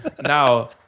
now